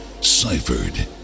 ciphered